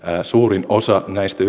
suurin osa näistä